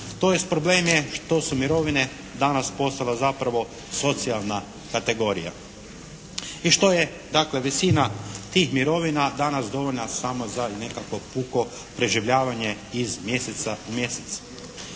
tj. problem je što su mirovine danas postale zapravo socijalna kategorija. I što je dakle visina tih mirovina danas dovoljna samo za nekakvo puko preživljavanje iz mjeseca u mjesec.